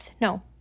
no